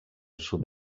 sud